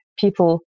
people